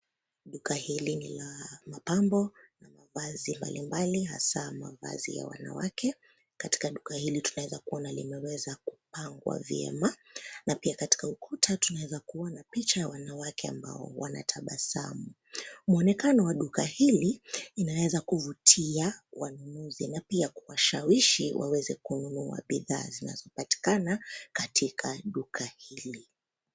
Duka hili ni la mapambo na mavazi mbalimbali hasa mavazi ya wanawake. Katika duka hili tunaweza kuona limeweza kupangwa vyema na pia kwa ukuta tunaweza kuona picha ya wanawake ambao wanatabasamu. Mwonekano wa duka hili linaweza kuvutia wanunuzi na pia kuwashawishi waweze kununa bidhaa zinazopatikana katika duka hili.